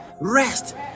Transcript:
rest